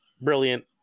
brilliant